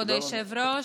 כבוד היושב-ראש,